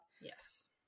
Yes